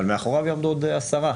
אבל מאחוריו יעמדו עוד עשרה